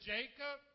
Jacob